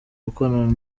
gukorana